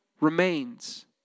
remains